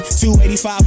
285